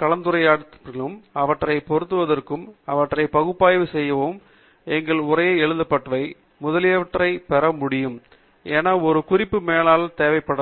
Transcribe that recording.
கலந்துரையாடுவதற்கும் அவற்றைப் பொருத்துவதற்கும் அவற்றை பகுப்பாய்வு செய்யவும் எங்கள் குறிப்புகள் எழுதப்பட்டவை முதலியவற்றைப் பெற முடியும் என ஒரு குறிப்பு மேலாளர் தேவைப்படலாம்